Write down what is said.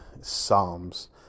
Psalms